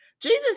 Jesus